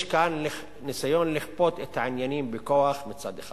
יש כאן ניסיון לכפות את העניינים בכוח מצד אחד.